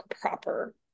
proper